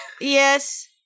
Yes